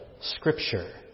Scripture